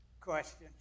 questions